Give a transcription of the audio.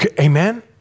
Amen